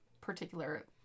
particular